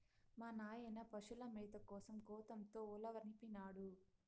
మా నాయన పశుల మేత కోసం గోతంతో ఉలవనిపినాడు